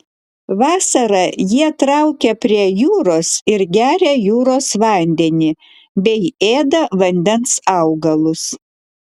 vasarą jie traukia prie jūros ir geria jūros vandenį bei ėda vandens augalus